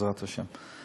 בעזרת השם.